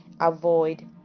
avoid